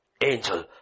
angel